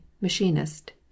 machinist